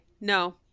no